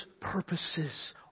purposes